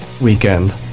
weekend